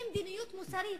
היא מדיניות מוסרית.